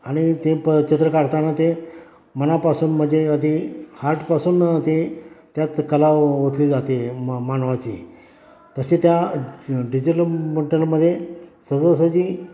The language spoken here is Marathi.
आणि ते प चित्र काढताना ते मनापासून म्हणजे आधी हाटपासून ते त्यात कला ओतली जाते म मानवाची तसे त्या डिजिलम मुटलमध्ये सहजासहजी